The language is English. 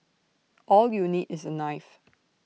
all you need is A knife